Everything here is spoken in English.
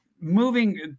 moving